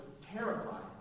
terrified